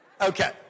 Okay